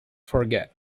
forget